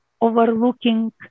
overlooking